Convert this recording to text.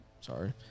Sorry